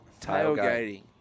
Tailgating